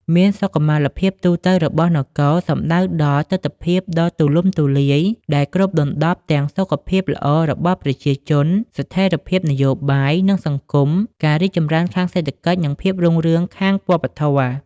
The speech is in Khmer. មានសុខុមាលភាពទូទៅរបស់នគរ សំដៅដល់ទិដ្ឋភាពដ៏ទូលំទូលាយដែលគ្របដណ្តប់ទាំងសុខភាពល្អរបស់ប្រជាជន ស្ថិរភាពនយោបាយ និងសង្គម ការរីកចម្រើនខាងសេដ្ឋកិច្ច និងភាពរុងរឿងខាងវប្បធម៌។